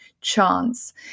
chance